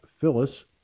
Phyllis